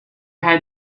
had